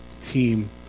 team